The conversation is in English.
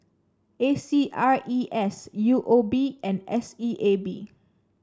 A C R E S U O B and S E A B